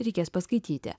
reikės paskaityti